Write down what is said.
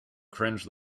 cringe